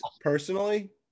personally